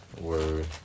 Word